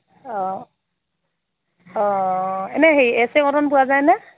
অ অ এনে হেৰি এ চি কটন পোৱা যায়নে